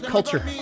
Culture